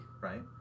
Right